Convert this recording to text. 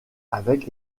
avec